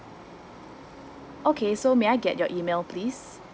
okay so may I get your email please